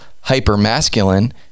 hyper-masculine